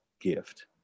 gift